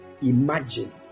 imagine